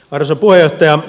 arvoisa puhemies